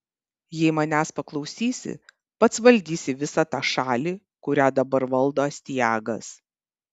jei manęs paklausysi pats valdysi visą tą šalį kurią dabar valdo astiagas